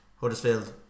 Huddersfield